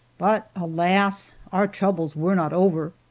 but alas! our troubles were not over.